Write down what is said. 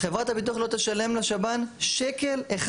חברת הביטוח לא תשלם לשב"ן שקל אחד.